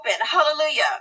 Hallelujah